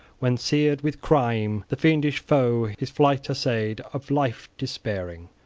when, seared with crime, the fiendish foe his flight essayed, of life despairing.